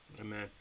amen